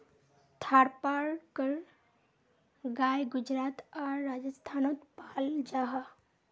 थारपारकर गाय गुजरात आर राजस्थानोत पाल जाहा